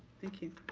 thank you.